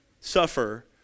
suffer